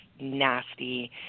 nasty